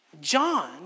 John